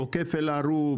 עוקף אל-ערוב,